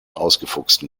ausgefuchsten